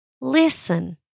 listen